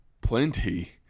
plenty